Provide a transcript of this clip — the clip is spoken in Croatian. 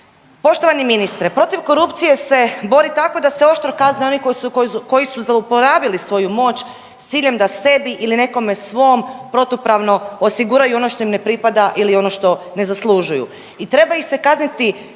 Poštovani ministre, protiv korupcije se bori tako da se oštro kazne oni koji su zlouporabili svoju moć s ciljem da sebi ili nekome svom protupravno osiguraju ono što im ne pripada ili ono što ne zaslužuju